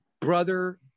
brother